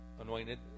anointed